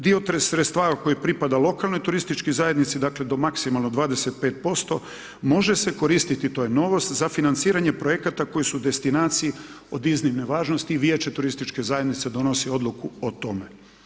Dio tih sredstava koji pripada lokalnoj turističkoj zajednici, dakle do maksimalno 25%, može se koristiti, to je novost, za financiranje projekta koji su destinaciji od iznimne važnosti i Vijeće turističke zajednice donosi Odluku o tome.